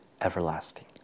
everlasting